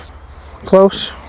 close